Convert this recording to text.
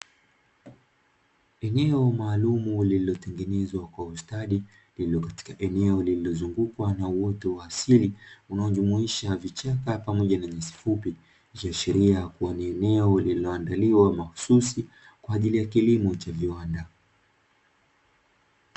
Eneo maalumu lililotengenezwa kwa ustadi eneo lililozungukwa na uoto wa asili unaojumuisha vichaka pamoja na nyasi fupi, ikiashiria ni eneo lililoandaliwa mahususi kwa ajili ya kilimo cha kiwanda.